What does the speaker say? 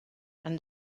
and